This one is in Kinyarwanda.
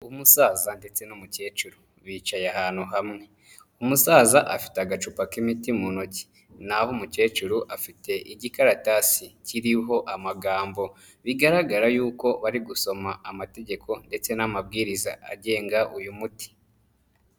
Umusaza ndetse n'umukecuru bicaye ahantu hamwe, umusaza afite agacupa k'imiti mu ntoki n'aho umukecuru afite igikaratasi kiriho amagambo, bigaragara yuko bari gusoma amategeko ndetse n'amabwiriza agenga uyu muti.